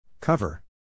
Cover